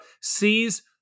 sees